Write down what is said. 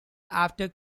after